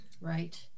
Right